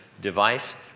device